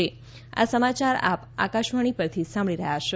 corona સંદેશ આ સમાચાર આપ આકાશવાણી પરથી સાંભળી રહ્યા છો